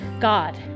God